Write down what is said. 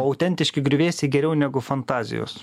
autentiški griuvėsiai geriau negu fantazijos